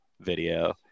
video